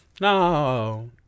No